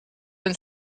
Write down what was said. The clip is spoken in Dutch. een